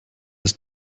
ist